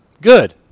good